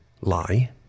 lie